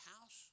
house